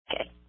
Okay